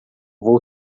vou